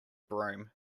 broom